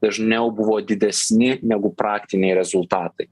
dažniau buvo didesni negu praktiniai rezultatai